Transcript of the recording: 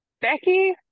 Becky